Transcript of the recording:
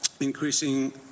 increasing